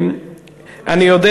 אני יודע